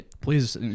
Please